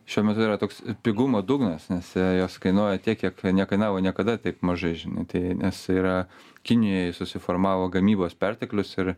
šiuo metu yra toks pigumo dugnas nes jos kainuoja tiek kiek nekainavo niekada taip mažai žinai tai nes yra kinijoj susiformavo gamybos perteklius ir